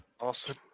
Awesome